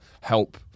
help